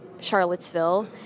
Charlottesville